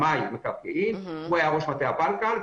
שמאי מקרקעין שהיה ראש מטה הפלקל.